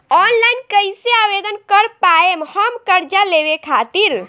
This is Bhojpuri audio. ऑनलाइन कइसे आवेदन कर पाएम हम कर्जा लेवे खातिर?